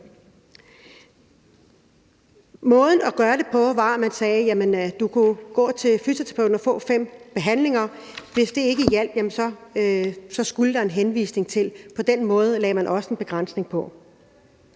Måden at gøre det på var, at vi sagde, at man kan gå til fysioterapeuten og få fem behandlinger. Hvis det ikke hjalp, skulle der en henvisning til. På den måde lagde vi også en begrænsning på.